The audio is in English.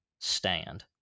stand